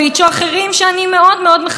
גם מייצגות את האידיאולוגיה שלי.